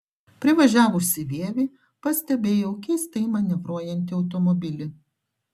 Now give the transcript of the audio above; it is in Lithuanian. privažiavusi vievį pastebėjau keistai manevruojantį automobilį